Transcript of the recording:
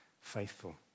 faithful